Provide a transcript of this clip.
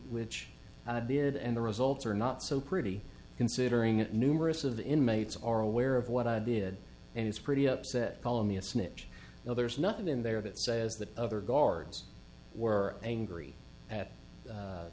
which i did and the results are not so pretty considering it numerous of the inmates are aware of what i did and it's pretty upset calling me a snitch well there's nothing in there that says that other guards were angry at